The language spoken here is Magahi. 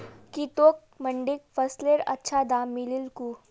की तोक मंडीत फसलेर अच्छा दाम मिलील कु